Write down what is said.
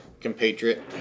compatriot